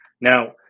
Now